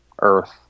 earth